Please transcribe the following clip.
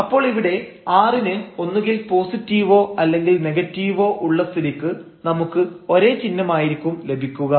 അപ്പോൾ ഇവിടെ r ന് ഒന്നുകിൽ പോസിറ്റീവോ അല്ലെങ്കിൽ നെഗറ്റീവോ ഉള്ള സ്ഥിതിക്ക് നമുക്ക് ഒരേ ചിഹ്നമായിരിക്കും ലഭിക്കുക